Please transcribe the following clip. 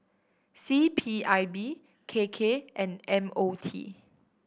C P I B K K and M O T